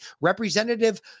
representative